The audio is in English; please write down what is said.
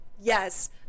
Yes